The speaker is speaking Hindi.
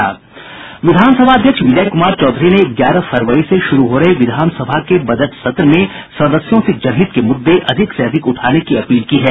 विधान सभा अध्यक्ष विजय कुमार चौधरी ने ग्यारह फरवरी से शुरू हो रहे विधान सभा के बजट सत्र में सदस्यों से जनहित के मुद्दे अधिक से अधिक उठाने की अपील की है